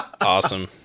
Awesome